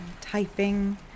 typing